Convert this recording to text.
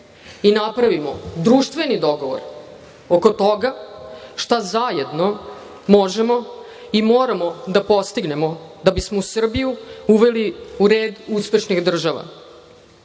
i napravimo društveni dogovor oko toga šta zajedno možemo i moramo da postignemo da bismo Srbiju uveli u red uspešnih država. Vreme